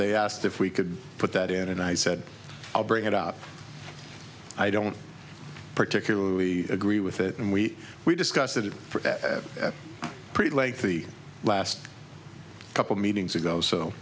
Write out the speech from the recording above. they asked if we could put that in and i said i'll bring it up i don't particularly agree with it and we we discussed it pretty late the last couple meetings ago so